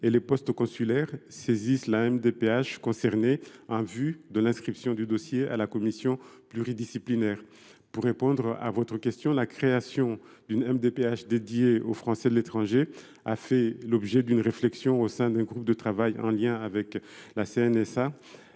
et les postes consulaires – saisissent la MDPH concernée en vue d’inscrire le dossier à la commission pluridisciplinaire. Pour répondre à votre question, la création d’une MDPH consacrée aux Français de l’étranger a fait l’objet d’une réflexion au sein d’un groupe de travail en lien avec la CNSA.